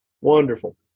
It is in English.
Wonderful